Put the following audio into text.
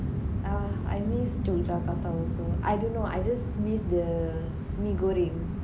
ah I miss jogjakarta also I don't know I just miss the mee goreng